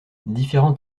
divers